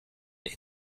est